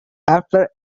after